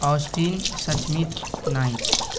Austin سچمیٹ night